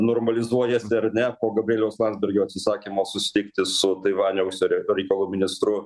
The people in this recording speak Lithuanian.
normalizuojasi ar ne po gabrieliaus landsbergio atsisakymo susitikti su taivanio užsienio reikalų ministru